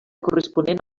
corresponent